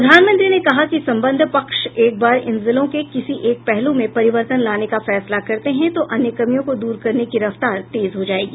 प्रधानमंत्री ने कहा कि सम्बद्ध पक्ष एक बार इन जिलों के किसी एक पहलू में परिवर्तन लाने का फैसला करते हैं तो अन्य कमियों को दूर करने की रफ्तार तेज हो जाएगी